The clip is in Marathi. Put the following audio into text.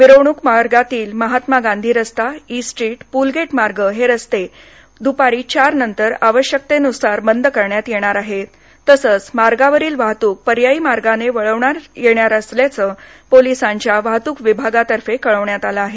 मिरवणूक मार्गातील महात्मा गांधी रस्ता ईस्ट स्ट्रीट पुलगेट मार्ग हे रस्ते दुपारी चार नंतर आवश्यकतेनुसार बंद करण्यात येणार आहेत तसंच मार्गावरील वाहतूक पर्यायी मार्गाने वळवण्यात येणार असल्याचं पोलिसांच्या वाहतूक विभागातर्फे कळवण्यात आलं आहे